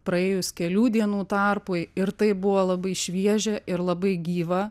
praėjus kelių dienų tarpui ir tai buvo labai šviežia ir labai gyva